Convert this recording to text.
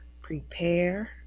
prepare